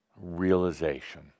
realization